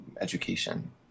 education